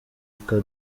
aka